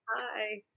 Hi